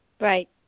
Right